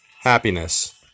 happiness